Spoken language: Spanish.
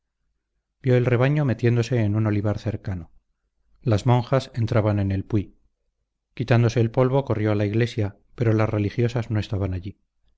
el rebaño metiéndose en un olivar cercano las monjas entraban en el puy quitándose el polvo corrió a la iglesia pero las religiosas no estaban allí